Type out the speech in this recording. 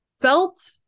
felt